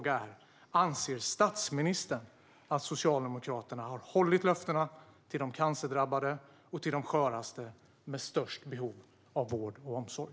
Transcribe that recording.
Anser statsministern att Socialdemokraterna har hållit löftena till de cancerdrabbade och till de sköraste med störst behov av vård och omsorg?